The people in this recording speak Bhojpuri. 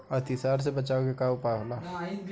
अतिसार से बचाव के उपाय का होला?